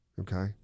okay